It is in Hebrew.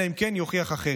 אלא אם כן יוכיח אחרת,